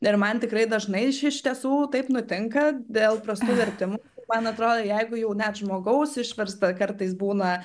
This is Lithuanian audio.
ir man tikrai dažnai iš tiesų taip nutinka dėl prastų vertimų man atrodo jeigu jau net žmogaus išversta kartais būna